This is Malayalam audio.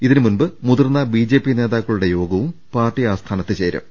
ഇതിന് മുമ്പ് മുതിർന്ന ബിജെപി നേതാക്കളുടെ യോഗവും പാർട്ടി ആസ്ഥാനത്ത് ചേരും